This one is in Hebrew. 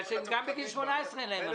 כי גם בגיל 18 אין להם הנחה.